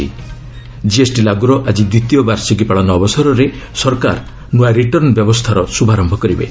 GST ଲାଗୁର ଆଜି ଦ୍ୱିତୀୟ ବାର୍ଷିକୀ ପାଳନ ଅବସରରେ ସରକାର ନ୍ତଆ ରିଟର୍ଣ୍ଣ ବ୍ୟବସ୍ଥାର ଶ୍ରଭାରମ୍ଭ କରିବେ